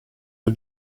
der